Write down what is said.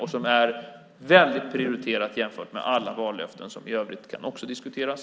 Det är väldigt prioriterat jämfört med alla vallöften som i övrigt också kan diskuteras.